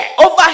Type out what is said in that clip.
over